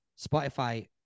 Spotify